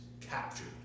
captured